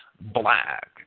black